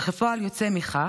וכפועל יוצא מכך,